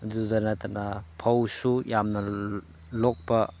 ꯑꯗꯨꯗ ꯅꯠꯇꯅ ꯐꯧꯁꯨ ꯌꯥꯝꯅ ꯂꯣꯛꯄ